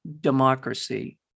democracy